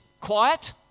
quiet